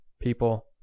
people